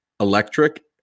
electric